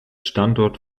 standort